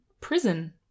Prison